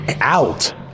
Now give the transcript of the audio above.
out